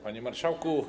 Panie Marszałku!